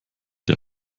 der